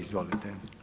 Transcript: Izvolite.